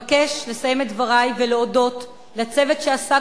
אבקש לסיים את דברי ולהודות לצוות שעסק